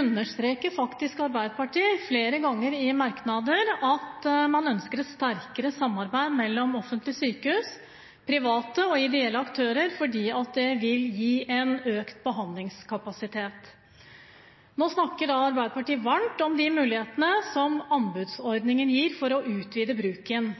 understreker faktisk Arbeiderpartiet flere ganger i merknader at man ønsker et sterkere samarbeid mellom offentlige sykehus og private og ideelle aktører, fordi det vil gi økt behandlingskapasitet. Nå snakker da Arbeiderpartiet varmt om de mulighetene som anbudsordningen gir for å utvide bruken.